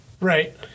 Right